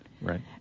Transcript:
right